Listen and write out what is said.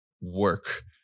work